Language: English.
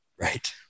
Right